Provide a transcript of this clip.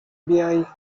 بیای